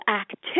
activity